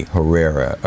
Herrera